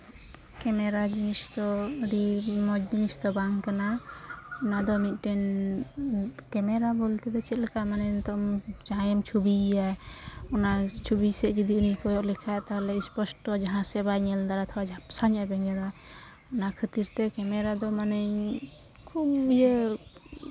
camera ᱡᱤᱱᱤᱥ ᱫᱚ ᱟᱹᱰᱤ ᱢᱚᱡᱽ ᱡᱤᱱᱤᱥ ᱫᱚ ᱵᱟᱝ ᱠᱟᱱᱟ ᱚᱱᱟᱫᱚ ᱢᱤᱫᱴᱮᱱ ᱠᱮᱢᱮᱨᱟ ᱵᱚᱞᱛᱮ ᱫᱚ ᱪᱮᱫ ᱞᱮᱠᱟ ᱢᱟᱱᱮ ᱱᱤᱛᱚᱝ ᱡᱟᱦᱟᱸᱭᱮᱢ ᱪᱷᱚᱵᱤᱭᱮᱭᱟ ᱚᱱᱟ ᱪᱷᱚᱵᱤ ᱥᱮᱫ ᱡᱩᱫᱤ ᱩᱱᱤᱭ ᱠᱚᱭᱚᱜ ᱞᱮᱠᱷᱟᱱ ᱛᱟᱦᱚᱞᱮ ᱥᱯᱚᱥᱴᱚ ᱡᱟᱦᱟᱸ ᱥᱮᱫ ᱵᱟᱭ ᱧᱮᱞ ᱫᱟᱲᱮᱭᱟᱜᱼᱟ ᱛᱷᱚᱲᱟ ᱡᱷᱟᱯᱥᱟ ᱧᱚᱜ ᱜᱮᱭ ᱧᱮᱞᱟ ᱚᱱᱟ ᱠᱷᱟᱹᱛᱤᱨ ᱛᱮ ᱠᱮᱢᱮᱨᱟ ᱫᱚ ᱢᱟᱱᱮ ᱠᱷᱩᱵᱽ ᱤᱭᱟᱹ